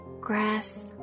grass